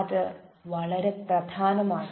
അത് വളരെ പ്രധാനമാണ്